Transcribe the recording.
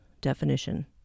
definition